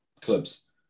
clubs